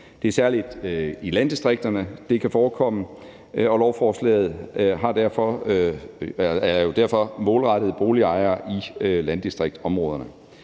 Det er særlig i landdistrikterne, det kan forekomme, og lovforslaget er derfor målrettet boligejere i landdistriktsområderne.